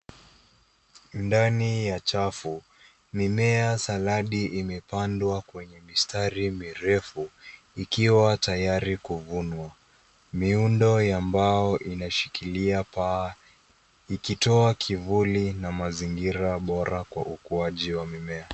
Ndani ya chafu, mimea ya saladi imepandwa kwenye mistari mirefu ikiwa tayari kuvunwa, miundo ya mbao inashikilia paa ikitoa kivuli na mazingira bora kwa ukuaji wa mimea.